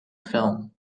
film